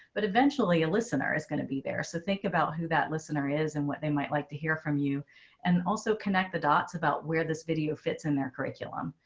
but eventually a listener is going to be there. so think about who that listener is and what they might like to hear from you and also connect the dots about where this video fits in their curriculum.